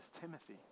Timothy